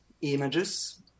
images